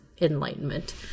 enlightenment